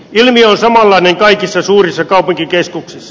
ilmiö on samanlainen kaikissa suurissa kaupunkikeskuksissa